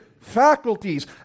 faculties